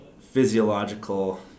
physiological